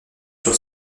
sur